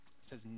says